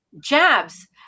jabs